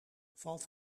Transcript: valt